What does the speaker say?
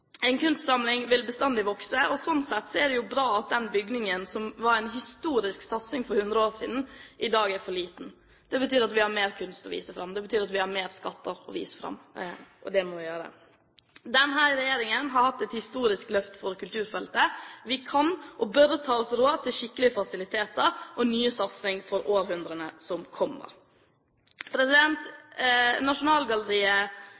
En kunstsamling vil bestandig vokse, og sånn sett er det jo bra at den bygningen som var en historisk satsing for 100 år siden, i dag er for liten. Det betyr at vi har mer kunst å vise fram, og det betyr at vi har flere skatter å vise fram. Og det må vi gjøre. Denne regjeringen har hatt et historisk løft på kulturfeltet. Vi kan og bør ta oss råd til skikkelige fasiliteter og ny satsing for århundrene som kommer.